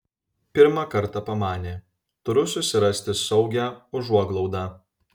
pirmą kartą pamanė turiu susirasti saugią užuoglaudą